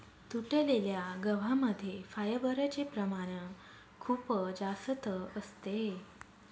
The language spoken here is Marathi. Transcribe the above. तुटलेल्या गव्हा मध्ये फायबरचे प्रमाण खूप जास्त असते